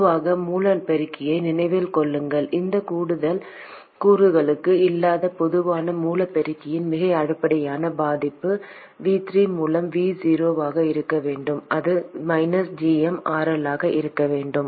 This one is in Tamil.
பொதுவான மூல பெருக்கியை நினைவில் கொள்ளுங்கள் எந்த கூடுதல் கூறுகளும் இல்லாத பொதுவான மூல பெருக்கியின் மிக அடிப்படையான பதிப்பு Vs மூலம் V0 என்னவாக இருக்க வேண்டும் அது gm RL ஆக இருக்க வேண்டும்